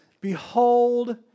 Behold